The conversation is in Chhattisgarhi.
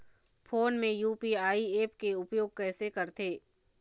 फोन मे यू.पी.आई ऐप के उपयोग कइसे करथे?